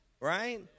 right